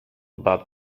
about